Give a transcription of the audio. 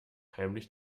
heimlich